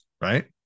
Right